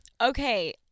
Okay